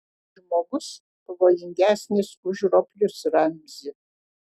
žmogus pavojingesnis už roplius ramzi